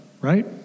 right